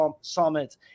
Summit